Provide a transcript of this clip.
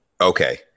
Okay